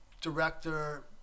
director